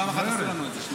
פעם אחת הם עשו לנו את זה.